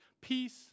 peace